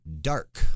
dark